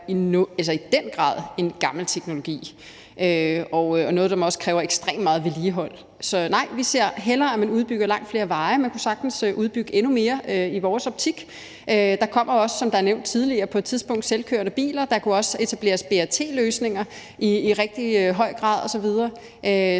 i den grad er en gammel teknologi og noget, som også kræver ekstremt meget vedligehold. Så nej, vi ser hellere, at man udbygger langt flere veje. Man kunne i vores optik sagtens udbygge endnu mere. Der kommer også på et tidspunkt, som det blev nævnt tidligere, selvkørende biler. Der kunne også etableres BRT-løsninger i rigtig høj grad.